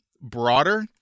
broader